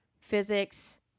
Physics